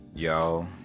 y'all